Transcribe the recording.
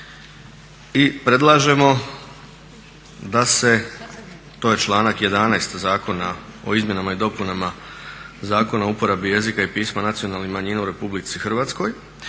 i predlažemo da se, to je članak 11. Zakona o izmjenama i dopunama Zakona o uporabi jezika i pisma nacionalnih manjina u RH da ako